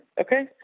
Okay